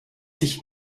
dich